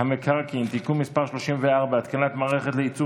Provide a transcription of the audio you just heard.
המקרקעין (תיקון מס' 34) (התקנת מערכת לייצור